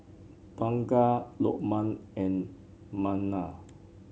Bunga Lokman and Munah